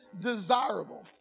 desirable